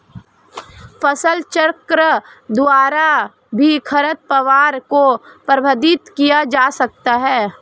फसलचक्र द्वारा भी खरपतवार को प्रबंधित किया जा सकता है